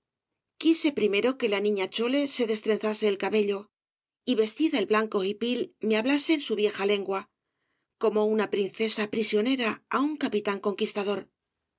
quise primero que la niña chole se destrenzase el cabello y vestido el blanco hipil me hablase en su vieja lengua como una princesa prisionera á un capitán conquistador